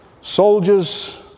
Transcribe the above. soldiers